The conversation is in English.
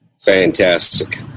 Fantastic